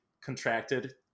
contracted